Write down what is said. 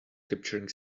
capturing